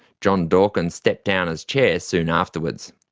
john dawkins stepped down as chair soon afterwards.